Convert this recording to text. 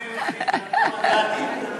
אל תגיד את זה למרצ כי הם,